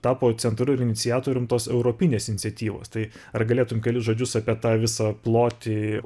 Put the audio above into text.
tapo centru ir iniciatorium tos europinės iniciatyvos tai ar galėtum kelis žodžius apie tą visą plotį